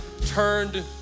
turned